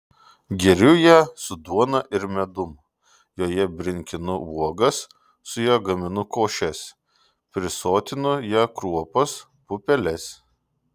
geriu ją su duona ir medum joje brinkinu uogas su ja gaminu košes prisotinu ja kruopas pupeles